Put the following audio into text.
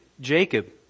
Jacob